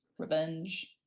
revenge.